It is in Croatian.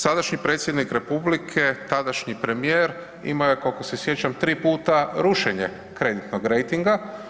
Sadašnji predsjednik Republike, tadašnji premijer imao je koliko se sjećam tri puta rušenje kreditnog rejtinga.